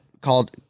Called